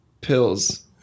pills